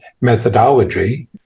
methodology